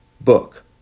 book